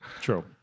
True